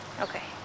Okay